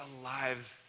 alive